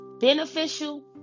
beneficial